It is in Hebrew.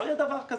לא יהיה דבר כזה,